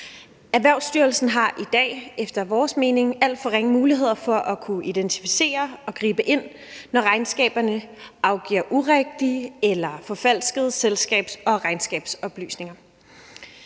Erhvervsstyrelsen har i dag efter vores mening alt for ringe muligheder for at kunne identificere det og gribe ind, når der i regnskaberne afgives urigtige eller forfalskede selskabs- og regnskabsoplysninger.